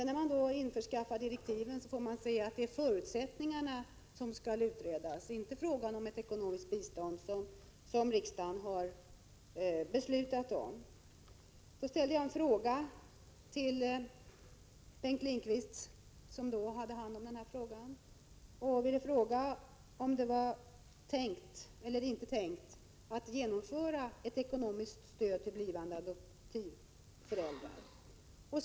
När jag införskaffade direktiven fick jag se att det var förutsättningarna som skulle utredas, inte frågan om ekonomiskt bistånd, som riksdagen hade beslutat om. Så ställde jag en fråga till Bengt Lindqvist, som då hade hand om saken, om det var tänkt eller inte tänkt att införa ett ekonomiskt stöd till blivande adoptivföräldrar.